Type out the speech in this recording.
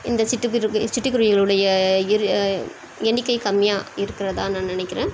இந்த சிட்டுக்குருவி சிட்டுக்குருவிகளுடைய இரு எண்ணிக்கை கம்மியாக இருக்கிறதா நான் நினைக்கிறேன்